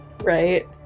right